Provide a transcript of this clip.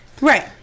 right